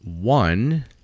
one